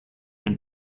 and